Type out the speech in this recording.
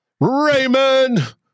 Raymond